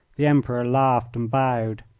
the emperor laughed and bowed.